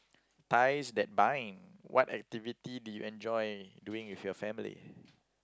ties that bind what activity do you enjoy doing with your family